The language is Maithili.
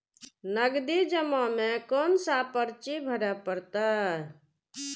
नगदी जमा में कोन सा पर्ची भरे परतें?